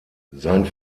sein